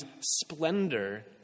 splendor